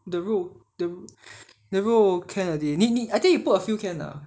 the 肉 the the 肉 can already 你你 I think you put a few can ah